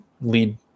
lead